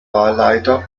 wahlleiter